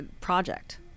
project